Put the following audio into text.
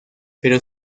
pero